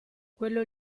quello